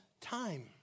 time